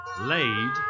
laid